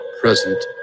present